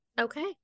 Okay